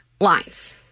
Lines